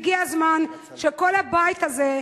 הגיע הזמן שכל הבית הזה,